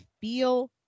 feel